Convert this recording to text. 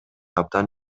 абдан